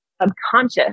subconscious